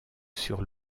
sur